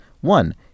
One